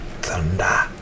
Thunder